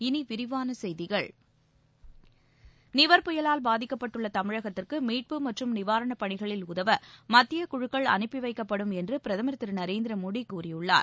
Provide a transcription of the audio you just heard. இனி விரிவான செய்திகள் நிவர் புயலால் பாதிக்கப்பட்டுள்ள தமிழகத்திற்கு மீட்பு மற்றும் நிவாரணப் பணிகளில் உதவ மத்திய குழுக்கள் அனுப்பி வைக்கப்படும் என்று பிரதமர் திரு நரேந்திர மோடி கூறியுள்ளார்